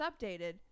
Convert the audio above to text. updated